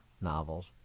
novels